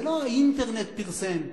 זה לא האינטרנט פרסם,